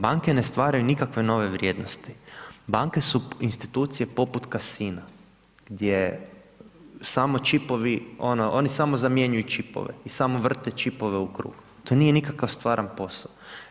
Banke ne stvaraju nikakve nove vrijednosti, banke su institucije poput kasina gdje samo čipovi ono, oni samo zamjenjuju čipove i samo vrte čipove u krug, to nije nikakav stvaran posao.